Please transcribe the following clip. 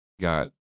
got